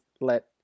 let